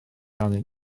arnyn